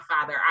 father